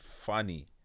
funny